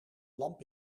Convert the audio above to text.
lamp